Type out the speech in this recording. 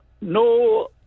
No